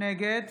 נגד